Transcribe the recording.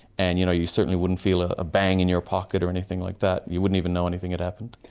and you know you certainly wouldn't feel a bang in your pocket or anything like that. you wouldn't even know anything had happened.